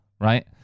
right